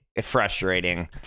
frustrating